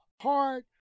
hard